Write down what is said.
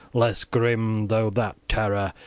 less grim, though, that terror,